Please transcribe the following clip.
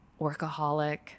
workaholic